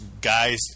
guys